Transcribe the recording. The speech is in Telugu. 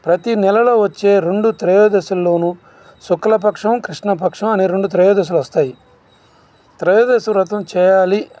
ప్రతి నెలలో వచ్చే రెండు త్రయోదశిలోను శుక్లపక్షం కృష్ణపక్షం అనే రెండు త్రయోదశులు వస్తాయి త్రయోదశి వ్రతం చేయాలి